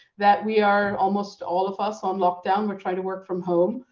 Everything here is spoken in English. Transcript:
that we are almost all of us on lockdown. we're trying to work from home.